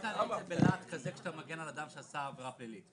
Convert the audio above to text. אתה לא מדבר בלהט כזה כשאתה מגן על אדם שעשה עבירה פלילית.